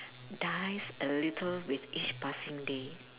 dies a little with each passing day